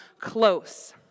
close